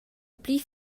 pli